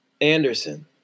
Anderson